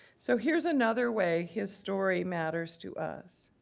so here's another way his story matters to us.